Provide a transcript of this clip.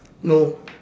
no